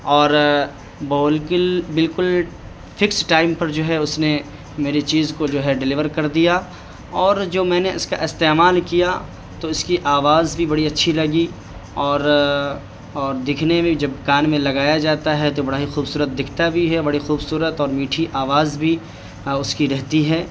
اور بالکل fix time پر جو ہے اس نے میری چیز کو جو ہے ڈلیور کر دیا اور جو میں نے اس کا استعمال کیا تو اس کی آواز بھی بڑی اچھی لگی اور اور دکھنے میں جب کان میں لگایا جاتا ہے تو بڑا ہی خوبصورت دکھتا بھی ہے بڑی خوبصورت اور میٹھی آواز بھی ہاں اس کی رہتی ہے